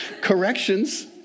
Corrections